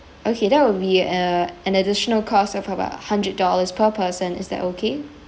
okay that would be uh an additional cost of about hundred dollars per person is that okay